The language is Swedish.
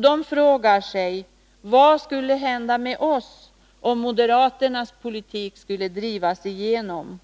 De frågar sig: Vad skulle hända med oss om moderaternas politik drevs igenom?